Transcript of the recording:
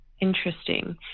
Interesting